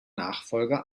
nachfolger